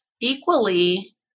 equally